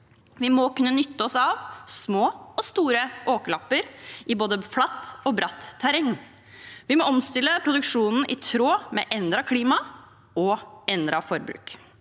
Vi må kunne nyttiggjøre oss små og store åkerlapper i både flatt og bratt terreng. Vi må omstille produksjonen i tråd med endret klima og endret forbruk.